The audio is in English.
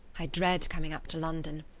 i dread coming up to london,